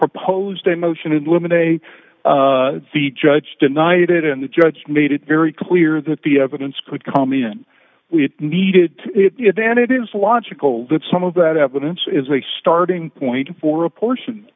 proposed a motion and women a the judge denied it and the judge made it very clear that the evidence could come in we needed it than it is logical that some of that evidence is a starting point for a portion